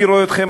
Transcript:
אני רואה אתכם,